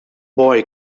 boy